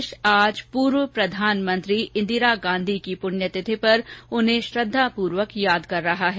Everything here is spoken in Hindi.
देश आज पूर्व प्रधानमंत्री इन्दिरा गांधी की पुण्यतिथि पर उन्हें श्रद्वापूर्वक याद कर रहा है